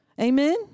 Amen